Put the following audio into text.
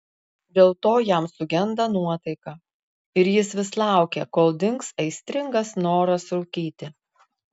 dėl to jam sugenda nuotaika ir jis vis laukia kol dings aistringas noras rūkyti